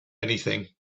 anything